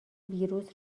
ویروس